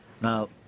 Now